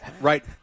Right